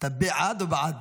להעביר את